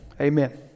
amen